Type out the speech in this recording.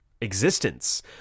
existence